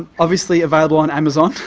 obviously available on amazon,